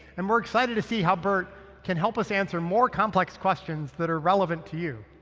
and we're excited to see how bert can help us answer more complex questions that are relevant to you,